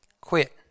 quit